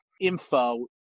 info